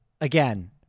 again